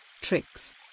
tricks